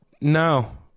No